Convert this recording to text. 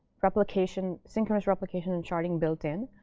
replication, synchronous replication, and sharding built in.